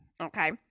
okay